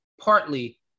partly